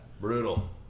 brutal